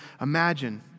Imagine